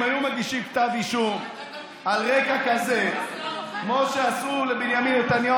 אם היו מגישים כתב אישום על רקע כזה כמו שעשו לבנימין נתניהו,